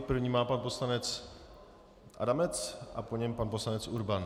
První má pan poslanec Adamec, po něm pan poslanec Urban.